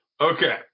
Okay